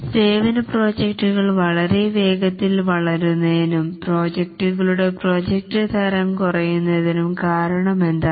സേവന പ്രോജക്റ്റുകൾ വളരെ വേഗത്തിൽ വളരുന്നതിനും പ്രോജക്ടുകളുടെ പ്രോജക്ട് തരം കുറയുന്നതിനും കാരണമെന്താണ്